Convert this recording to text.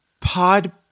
Pod